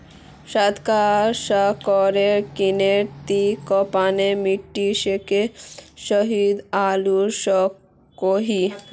साधारण सा शेयर किनले ती कंपनीर मीटिंगसोत हिस्सा लुआ सकोही